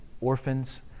orphans